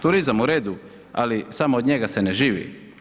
Turizam, u redu ali samo od njega se ne živi.